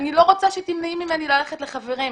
אני לא רוצה שתמנעי ממני ללכת לחברים,